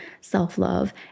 self-love